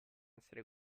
essere